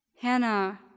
Hannah